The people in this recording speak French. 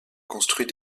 construit